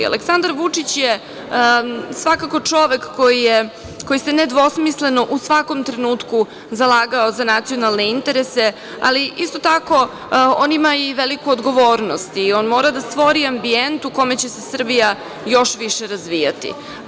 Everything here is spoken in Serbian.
Aleksandar Vučić je svakako čovek koji se nedvosmisleno u svakom trenutku zalagao za nacionalne interese ali isto tako on ima i veliku odgovornost i on mora da stvori ambijent u kome će se Srbija još više razvijati.